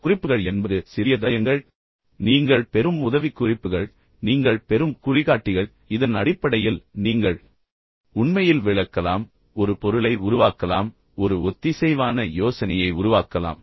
குறிப்புகள் என்பது சிறிய தடயங்கள் நீங்கள் பெறும் உதவிக்குறிப்புகள் நீங்கள் பெறும் குறிகாட்டிகள் இதன் அடிப்படையில் நீங்கள் உண்மையில் விளக்கலாம் ஒரு பொருளை உருவாக்கலாம் ஒரு ஒத்திசைவான யோசனையை உருவாக்கலாம்